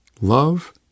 love